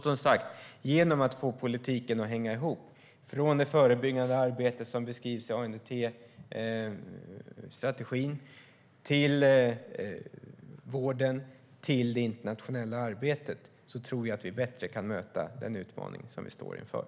Som sagt, genom att få politiken att hänga ihop, från det förebyggande arbetet som beskrivs i ANDT-strategin till vården och det internationella arbetet, tror jag att vi bättre kan möta den utmaning som vi står inför.